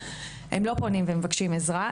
הם לא פונים ומבקשים עזרה,